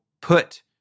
put